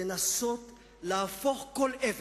לנסות, להפוך כל אבן,